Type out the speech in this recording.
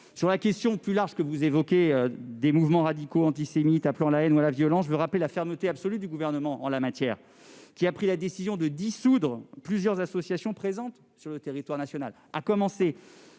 Sur la question plus large des mouvements radicaux antisémites, appelant à la haine ou à la violence, je veux rappeler la fermeté absolue du Gouvernement. Celui-ci a pris la décision de dissoudre plusieurs associations présentes sur le territoire national,